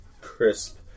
crisp